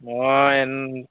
মই